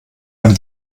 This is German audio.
man